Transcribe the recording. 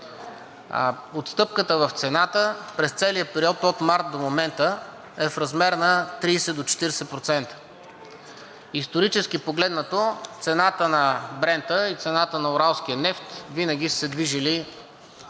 Отстъпката в цената през целия период – от март до момента, е в размер на 30 до 40%. Исторически погледнато, цената на нефт „Брент“ и цената на нефт „Уралс“ винаги са се движили